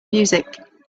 music